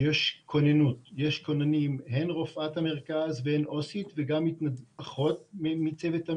זה מקדם אתכם ואת מבינה שהחדרים האלה